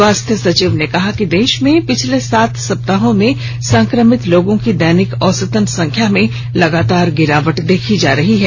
स्वास्थ्य सचिव ने कहा कि देश में पिछले सात सप्ताहों में संक्रमित लोगों की दैनिक औसतन संख्या में लगातार गिरावट देखी गई है